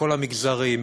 מכל המגזרים,